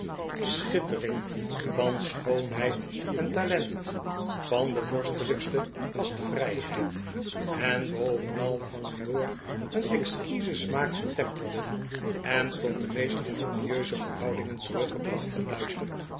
schittering van schoonheid en talent van de vorstelijkste gastvrijheid en bovenal van een door een exquisen smaak getemperde en tot de meest harmonieuze verhoudingen teruggebrachte luister